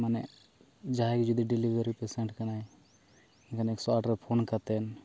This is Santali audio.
ᱢᱟᱱᱮ ᱡᱟᱦᱟᱭᱜᱮ ᱡᱩᱫᱤ ᱰᱮᱞᱤᱵᱷᱟᱨᱤ ᱯᱮᱥᱮᱱᱴ ᱠᱟᱱᱟᱭ ᱢᱮᱱᱮᱠ ᱮᱠᱚᱥᱚ ᱟᱴ ᱨᱮ ᱯᱷᱳᱱ ᱠᱟᱛᱮᱫ